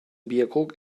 bierkrug